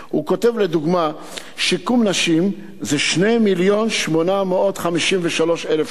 הוא כותב לדוגמה: "שיקום נשים זה 2 מיליון ו-853,000 שקלים.